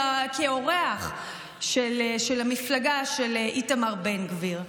כאורח של המפלגה של איתמר בן גביר,